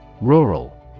Rural